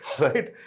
right